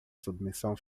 submissão